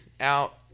out